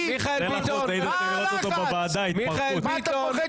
ולכן בעיניי ללא ספק מדובר פה בנושא